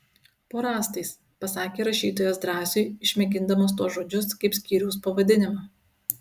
po rąstais pasakė rašytojas drąsiui išmėgindamas tuos žodžius kaip skyriaus pavadinimą